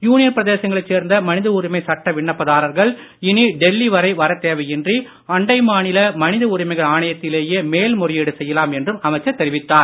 union பிரதேசங்களை சேர்ந்த மனித உரிமை சட்ட விண்ணப்பதாரர்கள் இனி டெல்லி வரை தேவையின்றி அண்டை மாநில உரிமைகள் வரத் மனித ஆணையத்திலேயே மேல்முறையீடு செய்யலாம் என்றும் அமைச்சர் தெரிவித்தார்